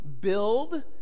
build